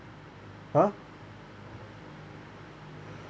!huh!